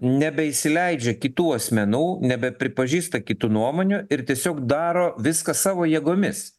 nebeįsileidžia kitų asmenų nebepripažįsta kitų nuomonių ir tiesiog daro viską savo jėgomis